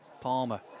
Palmer